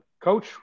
Coach